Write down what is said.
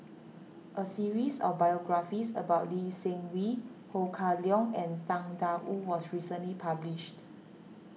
a series of biographies about Lee Seng Wee Ho Kah Leong and Tang Da Wu was recently published